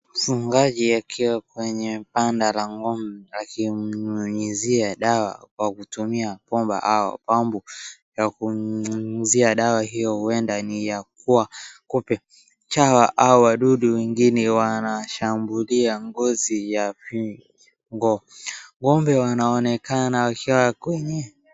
Mfungaji akiwa kwenye banda la ng'ombe akimnyunyizia dawa kwa kutumia bomba au pampu ya kunyunyuzia dawa hiyo huenda ni ya kuua kupe, chawa au wadudu wengine wanashambulia ngozi ya mifugo. Ng'ombe wanaonekana wakiwa kwenye.